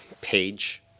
page